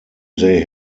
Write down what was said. they